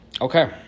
okay